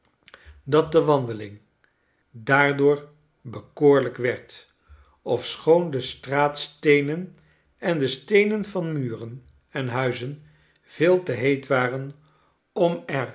dat de wandeling daardoor bekoorlijk werd ofschoon de straatsteenen en de steenen van muren en huizen veel te heet waren om